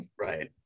Right